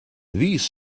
these